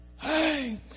Hey